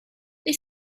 they